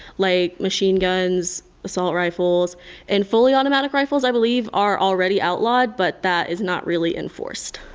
like machine guns, assault rifles and fully automatic rifles i believe are already outlawed but that is not really enforced.